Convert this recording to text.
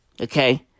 okay